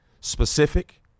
specific